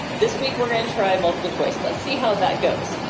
this week we're gonna try multiple choice. let's see how that goes.